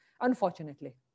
unfortunately